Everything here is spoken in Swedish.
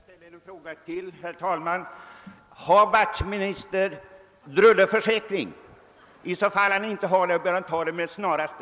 Herr talman! Får jag ställa en fråga till: Har herr Wachtmeister drulleförsäkring? Om inte, så bör han teckna en sådan med det snaraste.